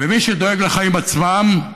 ומי שדואג לחיים עצמם,